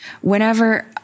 Whenever